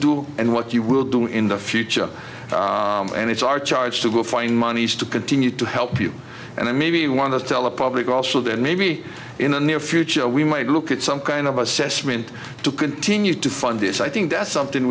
do and what you will do in the future and it's our charge to find monies to continue to help you and maybe one of those tell the public also that maybe in the near future we might look at some kind of assessment to continue to fund this i think that's something